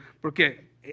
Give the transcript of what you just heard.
porque